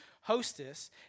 hostess